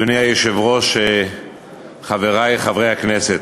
אדוני היושב-ראש, חברי חברי הכנסת,